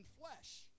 flesh